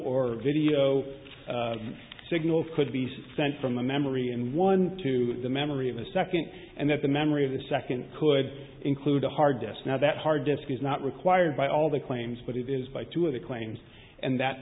or video signal could be sent from the memory and one to the memory of a second and that the memory of the second could include a hard disk now that hard disk is not required by all the claims but it is by two of the claims and that